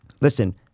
listen